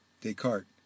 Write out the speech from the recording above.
Descartes